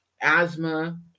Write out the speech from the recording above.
asthma